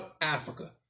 Africa